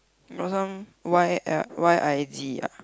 got some Y L Y I Z ah